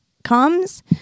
Comes